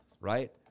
right